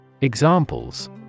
Examples